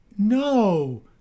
No